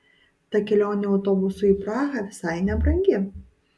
ta kelionė autobusu į prahą visai nebrangi